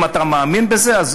אם אתה מאמין בזה,